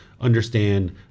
understand